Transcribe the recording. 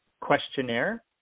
questionnaire